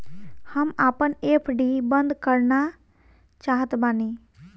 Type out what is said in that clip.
हम आपन एफ.डी बंद करना चाहत बानी